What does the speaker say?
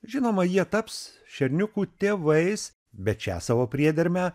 žinoma jie taps šerniukų tėvais bet šią savo priedermę